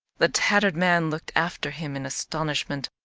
the tattered man looked after him in astonishment.